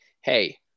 Hey